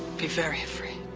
be very afraid.